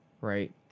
right